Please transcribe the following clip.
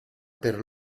per